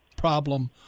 Problem